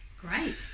Great